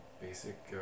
basic